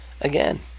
again